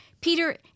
Peter